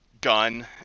gun